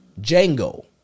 Django